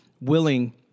willing